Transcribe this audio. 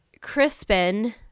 Crispin